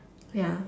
ya